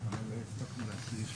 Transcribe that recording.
אבל זה כבר צפונות ליבו של האדם.